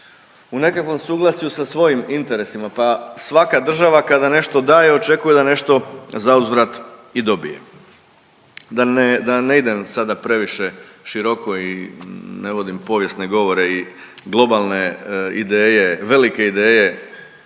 u nekakvom suglasju sa svojim interesima, pa svaka država kada nešto daje očekuje da nešto zauzvrat dobije. Da ne idem sada previše široko i ne vodim povijesne govore i globalne ideje, velike ideje